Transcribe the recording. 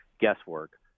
guesswork